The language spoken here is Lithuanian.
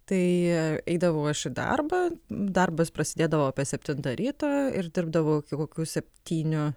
tai eidavau aš į darbą darbas prasidėdavo apie septintą ryto ir dirbdavau iki kokių septynių